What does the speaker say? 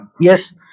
Yes